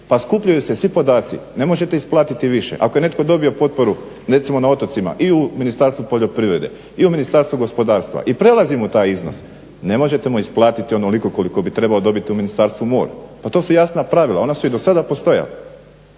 pa skupljaju se svi podaci. Ne možete isplatiti više. Ako je netko dobio potporu recimo na otocima i u Ministarstvu poljoprivrede i u Ministarstvu gospodarstva i prelazi mu taj iznos ne možete mu isplatiti onoliko koliko bi trebao dobiti u Ministarstvu mora. Pa to su jasna pravila. Ona su i do sada postojala.